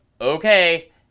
okay